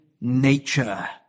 nature